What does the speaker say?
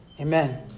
Amen